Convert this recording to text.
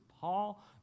Paul